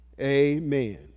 Amen